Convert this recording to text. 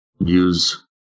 use